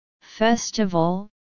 Festival